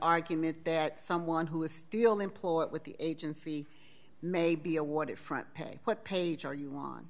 argument that someone who is still employed with the agency may be awarded front pay what page are you on